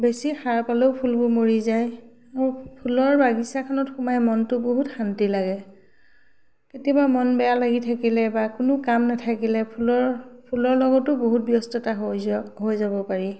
বেছি সাৰ পালেও ফুলবোৰ মৰি যায় আৰু ফুলৰ বাগিচাখনত সোমাই মনটো বহুত শান্তি লাগে কেতিয়াবা মন বেয়া লাগি থাকিলে বা কোনো কাম নাথাকিলে ফুলৰ ফুলৰ লগতো বহুত ব্যস্ততা হৈ যোৱা হৈ যাব পাৰি